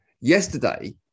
yesterday